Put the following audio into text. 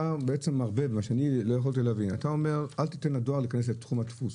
אתה אומר שלא ניתן לדואר להיכנס לתחום הדפוס.